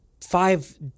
five